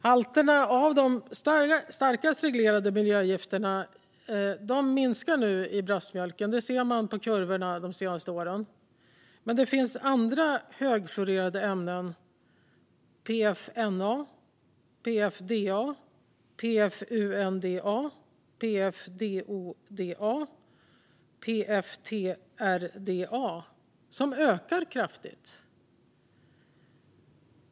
Halterna i bröstmjölken av de starkast reglerade miljögifterna minskar nu. Det ser man på kurvorna från de senaste åren. Men det finns andra högflourerade ämnen - PFNA, PFDA, PFUnDA, PFDoDA, PFTrDA - som ökar kraftigt.